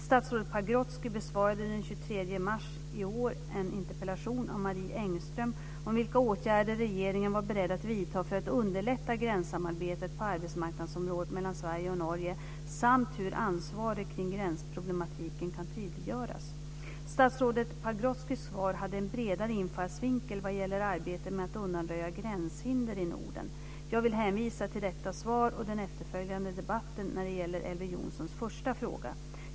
Statsrådet Pagrotsky besvarade den 23 mars i år en interpellation av Marie Engström om vilka åtgärder regeringen var beredd att vidta för att underlätta gränssamarbetet på arbetsmarknadsområdet mellan Sverige och Norge samt hur ansvaret kring gränsproblematiken kan tydliggöras. Statsrådet Pagrotskys svar hade en bredare infallsvinkel vad gäller arbetet med att undanröja gränshinder i Norden. Jag vill hänvisa till detta svar och den efterföljande debatten när det gäller Elver Jonssons första fråga.